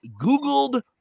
googled